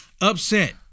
upset